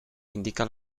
indica